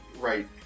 right